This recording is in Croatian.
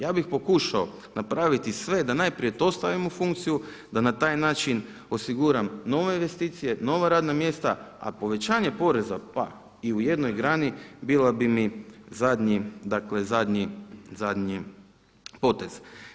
Ja bih pokušao napraviti sve da najprije to stavim u funkciju, da na taj način osiguram nove investicije, nova radna mjesta, a povećanje poreza pa i u jednoj grani bila bi mi zadnji potez.